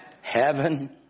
Heaven